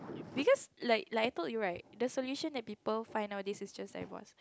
because like like I told you right the solution that people find out this is just like vast